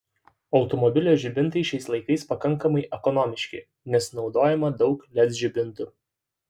automobilio žibintai šiais laikais pakankamai ekonomiški nes naudojama daug led žibintų